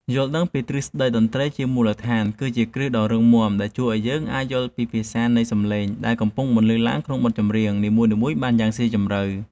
យល់ដឹងពីទ្រឹស្តីតន្ត្រីជាមូលដ្ឋានគឺជាគ្រឹះដ៏រឹងមាំដែលជួយឱ្យយើងអាចយល់ពីភាសានៃសម្លេងដែលកំពុងបន្លឺឡើងក្នុងបទចម្រៀងនីមួយៗបានយ៉ាងស៊ីជម្រៅ។